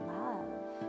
love